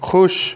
खुश